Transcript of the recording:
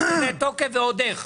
יש לזה תוקף ועוד איך.